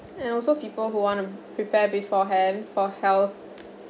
and also people who want to prepare beforehand for health